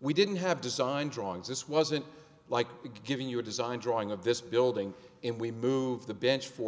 we didn't have design drawings this wasn't like giving you a design drawing of this building and we move the bench four